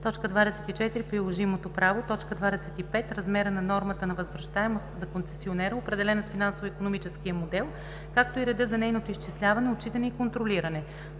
24. приложимото право; 25. размера на нормата на възвръщаемост за концесионера, определена с финансово-икономическия модел, както и реда за нейното изчисляване, отчитане и контролиране;